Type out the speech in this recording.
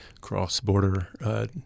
cross-border